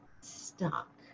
stuck